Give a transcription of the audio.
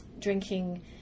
drinking